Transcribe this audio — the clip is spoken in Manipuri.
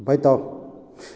ꯕꯥꯏꯇꯥꯎ